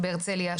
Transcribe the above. בהרצליה,